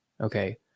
Okay